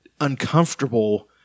uncomfortable